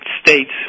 States